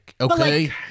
Okay